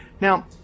Now